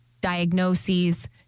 diagnoses